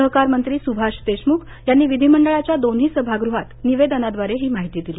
सहकारमंत्री स्भाष देशम्ख यांनी विधी मंडळाच्या दोन्ही सभागृहात निवेदनाद्वारे ही माहिती दिली